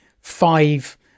five